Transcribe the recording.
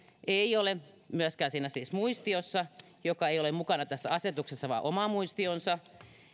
ei ole siis myöskään siinä muistiossa joka ei ole mukana tässä asetuksessa vaan on oma muistionsa